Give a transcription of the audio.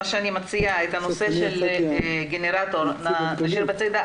אני מציעה שאת הנושא של גנרטור נשאיר בצד,